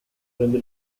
prende